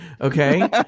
okay